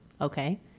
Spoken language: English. okay